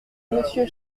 monsieur